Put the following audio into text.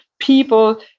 people